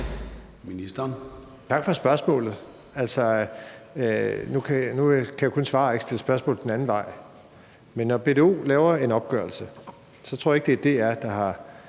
Tak for spørgsmålet. Altså, nu kan jeg jo kun svare og ikke stille spørgsmål den anden vej, men når BDO laver en opgørelse, tror jeg ikke, at det er DR, der har